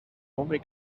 only